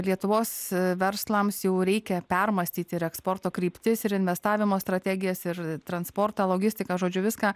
lietuvos verslams jau reikia permąstyti ir eksporto kryptis ir investavimo strategijas ir transportą logistiką žodžiu viską